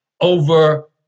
over